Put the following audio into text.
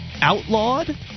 Outlawed